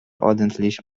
ordentlich